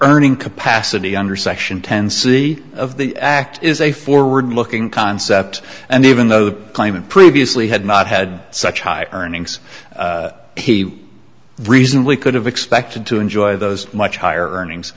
earning capacity under section ten c of the act is a forward looking concept and even though the claimant previously had not had such high earnings he reasonably could have expected to enjoy those much higher earnings